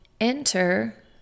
enter